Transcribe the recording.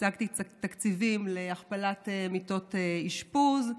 השגתי תקציבים להכפלת מיטות אשפוז,